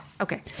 okay